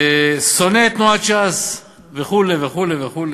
"שונא את תנועת ש"ס", וכו' וכו',